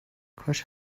کاش